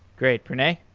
great. pranay?